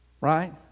right